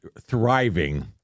thriving